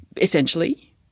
essentially